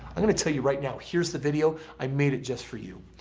i'm going to tell you right now, here's the video. i made it just for you.